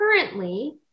currently